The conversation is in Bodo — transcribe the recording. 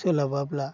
सोलाबाब्ला